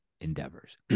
endeavors